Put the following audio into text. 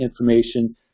information